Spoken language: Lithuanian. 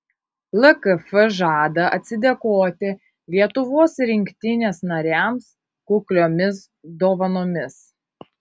lkf žada atsidėkoti lietuvos rinktinės nariams kukliomis dovanomis